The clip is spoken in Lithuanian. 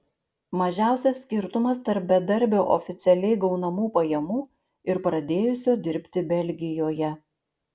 mažiausias skirtumas tarp bedarbio oficialiai gaunamų pajamų ir pradėjusio dirbti belgijoje